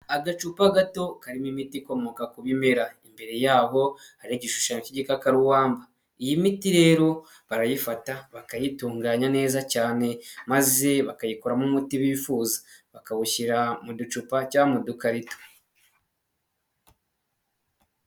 Agacupa gato karimo imiti ikomoka ku bimera, imbere yaho hari igishushanyo cy'kakarubamba iyi miti rero barayifata bakayitunganya neza cyane, maze bakayikoramo umuti bifuza bakawushyira mu ducupa cyangwa mu dukarita.